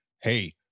hey